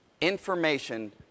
Information